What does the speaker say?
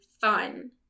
fun